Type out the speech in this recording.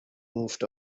moved